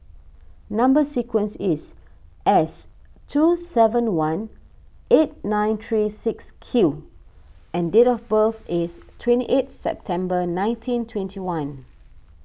Number Sequence is S two seven one eight nine three six Q and date of birth is twenty eighth September nineteen twenty one